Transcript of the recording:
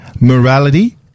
morality